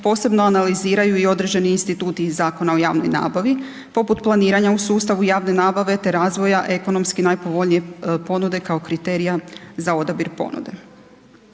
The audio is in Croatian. posebno analiziraju i određeni instituti iz Zakona o javnoj nabavi, poput planiranja u sustavu javne nabave te razvoja ekonomski najpovoljnije ponude kao kriterija za odabir ponude.